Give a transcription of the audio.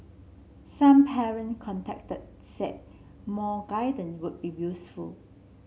some parent contacted said more would be useful